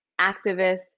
activists